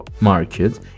market